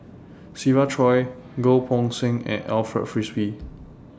Siva Choy Goh Poh Seng and Alfred Frisby